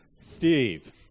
Steve